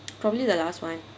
probably the last one